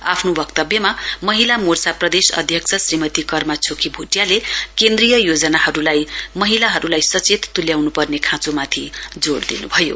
आफ्नो वक्तव्यमा महिला मोर्चा प्रदेश अध्यक्ष श्रीमती कर्मा छोकी भूटियाले केन्द्रीय योजनाहरूबारे महिलाहरूलाई सचेत तुल्याउनु पर्ने खाँचोमाथि जोड़ दिनुभयो